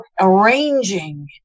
arranging